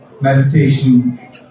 meditation